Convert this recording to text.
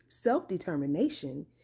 Self-determination